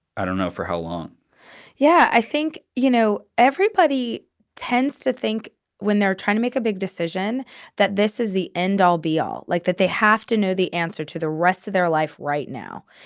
i don't know for how long yeah, i think, you know, everybody tends to think when they're trying to make a big decision that this is the end all be all like that. they have to know the answer to the rest of their life right now.